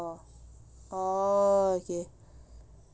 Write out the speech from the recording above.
orh orh okay